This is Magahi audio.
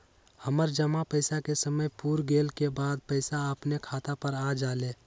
हमर जमा पैसा के समय पुर गेल के बाद पैसा अपने खाता पर आ जाले?